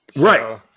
Right